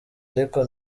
ariko